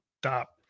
stop